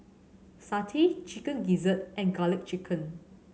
satay Chicken Gizzard and Garlic Chicken